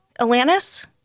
Atlantis